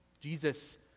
Jesus